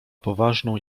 poważną